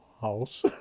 house